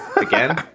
again